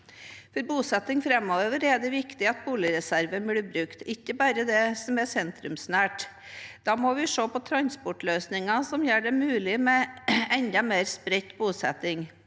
For bosettingen framover er det viktig at boligreserven blir brukt, ikke bare det som er sentrumsnært. Da må vi se på transportløsninger som gjør det mulig med enda mer spredt bosetting.